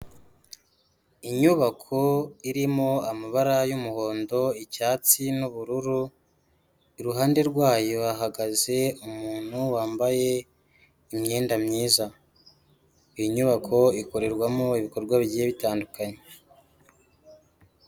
Inyubako irimo amabara y'umuhondo, icyatsi n'ubururu, iruhande rwayo hahagaze umuntu wambaye imyenda myiza, iyi nyubako ikorerwamo ibikorwa bigiye bitandukanye.